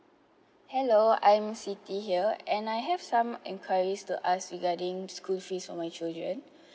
hello I'm siti here and I have some enquiries to ask regarding school fees for my children